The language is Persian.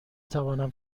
توانم